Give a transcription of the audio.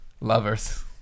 Lovers